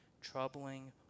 troubling